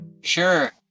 Sure